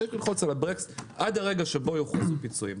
צריך ללחוץ על הבלם עד הרגע שבו יוכרזו פיצויים.